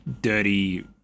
dirty